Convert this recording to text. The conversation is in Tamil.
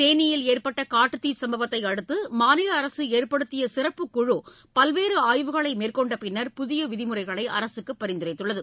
தேனியில் ஏற்பட்ட காட்டுத்தீ சும்பவத்தை அடுத்து மாநில அரசு ஏற்படுத்திய சிறப்பு குழு பல்வேறு ஆய்வுகளை மேற்கொண்ட பின்னா் புதிய விதிமுறைகளை அரசுக்கு பரிந்துரைத்துள்ளது